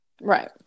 right